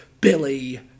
Billy